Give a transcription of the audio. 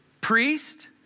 priest